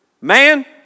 man